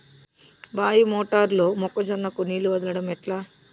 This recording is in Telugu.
బాయి మోటారు లో మొక్క జొన్నకు నీళ్లు వదలడం ఎట్లా?